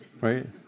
Right